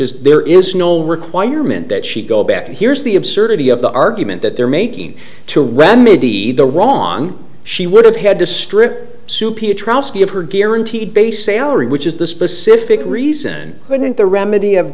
is there is no requirement that she go back and here's the absurdity of the argument that they're making to remedy the wrong she would have had to strip soupy atrocity of her guaranteed base salary which is the specific reason wouldn't the remedy of